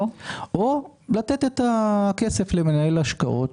או לתת את הכסף למנהל השקעות,